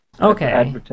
okay